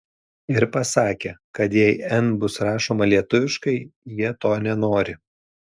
ir pasakė kad jei n bus rašoma lietuviškai jie to nenori